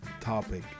topic